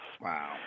wow